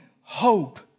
hope